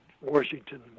Washington